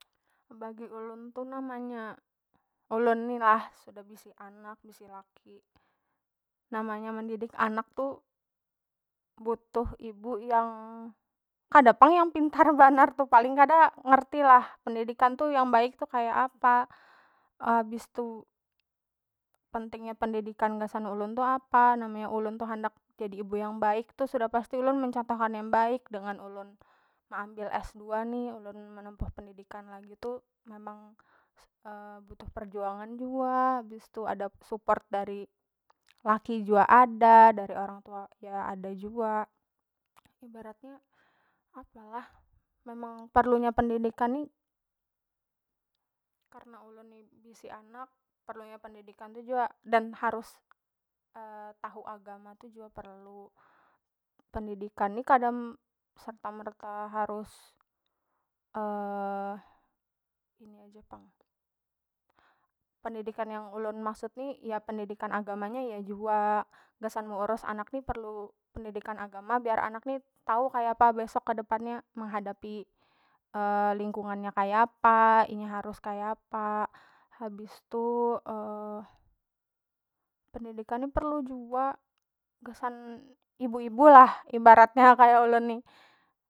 Bagi ulun tu namanya ulun ni lah sudah bisi anak bisi laki, namanya mendidik anak tu butuh ibu yang kada pang yang pintar banar tu paling kada ngerti lah pendidikan tu yang baik tu kaya apa, habis tu penting nya pendidikan gasan ulun tu apa namanya ulun tu handak jadi ibu yang baik tu sudah pasti ulun mencontohkan yang baik dengan ulun meambil s2 ni ulun menempuh pendidikan lagi tu memang butuh perjuangan jua habis tu ada support dari laki jua ada dari orang tua ya ada jua ibaratnya apalah memang perlunya pendidikan ni, karna ulun ni bisi anak perlunya pendidikan tu jua dan harus tahu agama tu jua perlu pendidikan ni serta merka harus ini aja pang pendidikan yang ulun maksud ni ya pendidikan agama nya ya jua gasan meurus anak ni perlu pendidikan agama biar anak ni tau kaya apa besok kedepannya mehadapi lingkungan nya kaya apa, inya harus kaya apa habis tu pendidikan ni perlu jua gasan ibu- ibu lah ibaratnya kaya ulun ni.